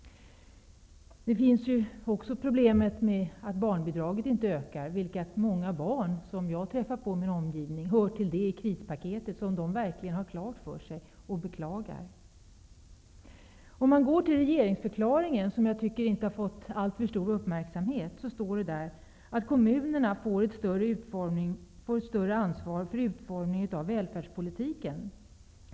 Vi har också problemet att barnbidraget inte ökar. Det hör till den del av krispaketet som många barn som jag träffar på i min omgivning verkligen har klart för sig och beklagar. I regeringsförklaringen, som jag tycker inte har fått alltför stor uppmärksamhet, står det att kommunerna får ett större ansvar för utformningen av välfärdspolitiken.